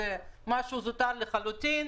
משהו זוטר לחלוטין,